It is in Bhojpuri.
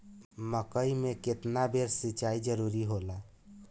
मकई मे केतना बेर सीचाई जरूरी होला?